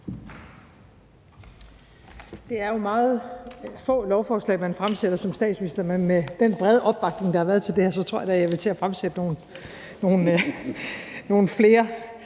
Det er jo meget få lovforslag, man fremsætter som statsminister, men med den brede opbakning, der har været til det her, tror jeg da, jeg vil til at fremsætte nogle flere.